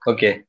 Okay